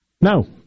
No